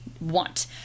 want